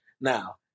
now